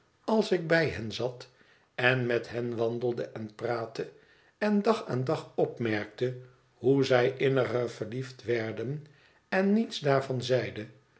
als ik bij hen zat en met hen wandelde en praatte en dag aan dag opmerkte hoe zij inniger verliefd werden en niets daarvan zeiden